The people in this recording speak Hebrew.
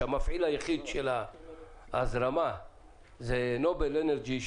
שהמפעיל היחיד של ההזרמה הוא נובל אנרג'י,